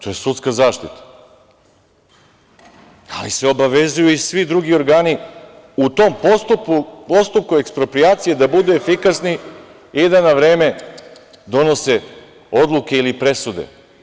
To je sudska zaštita, ali se obavezuju i svi drugi organi u tom postupku, postupku eksproprijacije, da budu efikasni i da na vreme donose odluke ili presude.